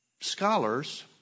scholars